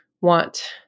want